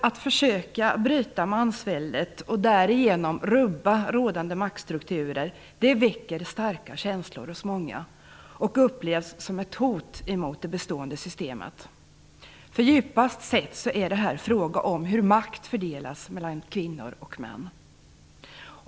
Att försöka bryta mansväldet och därigenom rubba rådande maktstrukturer väcker starka känslor hos många och upplevs som ett hot mot det bestående systemet. För djupast sett är det här fråga om hur makt fördelas mellan kvinnor och män.